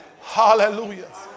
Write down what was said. Hallelujah